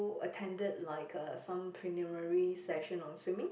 attended like uh some preliminary session on swimming